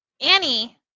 Annie